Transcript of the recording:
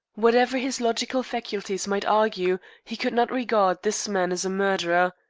whatever his logical faculties might argue, he could not regard this man as a murderer.